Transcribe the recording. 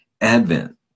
advent